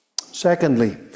secondly